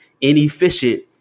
inefficient